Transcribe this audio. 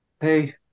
Hey